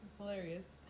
hilarious